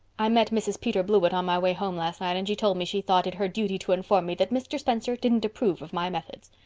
i met mrs. peter blewett on my way home last night and she told me she thought it her duty to inform me that mr. spencer didn't approve of my methods.